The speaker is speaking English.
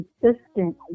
consistent